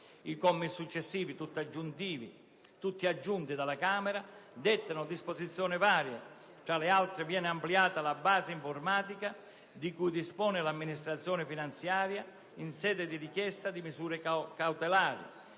I commi successivi, tutti aggiunti dalla Camera, dettano disposizioni varie: tra le altre, viene ampliata la base informativa di cui dispone l'Amministrazione finanziaria in sede di richiesta di misure cautelari;